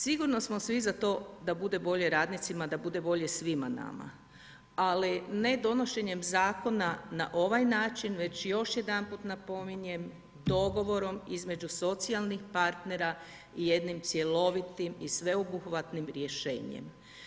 Sigurno smo svi za to da bude bolje radnicima, da bude bolje svima nama, ali ne donošenjem zakona na ovaj način, već, još jedanput napominjem, dogovorom između socijalnih partnera i jednim cjelovitim i sveobuhvatnim rješenjem.